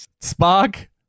Spark